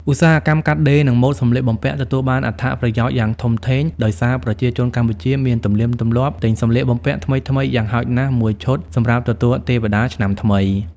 ឧស្សាហកម្មកាត់ដេរ និងម៉ូដសម្លៀកបំពាក់ទទួលបានអត្ថប្រយោជន៍យ៉ាងធំធេង ដោយសារប្រជាជនកម្ពុជាមានទំនៀមទម្លាប់ទិញសម្លៀកបំពាក់ថ្មីៗយ៉ាងហោចណាស់មួយឈុតសម្រាប់ទទួលទេវតាឆ្នាំថ្មី។